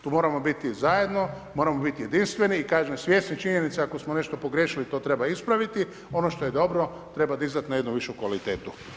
Tu moramo biti zajedno, moramo biti jedinstveno i kažem, svjesni činjenice ako smo nešto pogriješili to treba ispraviti, ono što je dobro treba dizati na jednu višu kvalitetu.